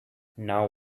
now